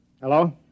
Hello